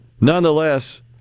nonetheless